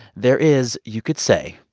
there is, you could say,